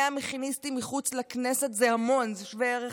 100 מכיניסטים מחוץ לכנסת זה המון, זה שווה ערך